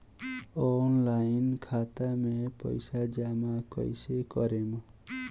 Online खाता मे पईसा जमा कइसे करेम?